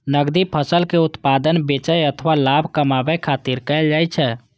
नकदी फसल के उत्पादन बेचै अथवा लाभ कमबै खातिर कैल जाइ छै